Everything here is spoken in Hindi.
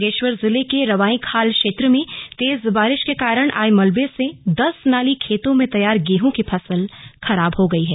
बागेश्वर जिले के रवाईखाल क्षेत्र में तेज बारिश के कारण आये मलबे से दर्स नाली खेतों में तैयार गेहूं की फसल खराब हो गई है